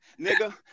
Nigga